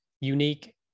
unique